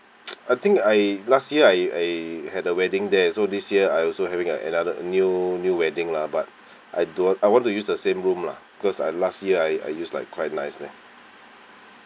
I think I last year I I had a wedding there so this year I also having a another new new wedding lah but I don't I want to use the same room lah cause I last year I use like quite nice leh